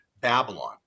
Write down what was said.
Babylon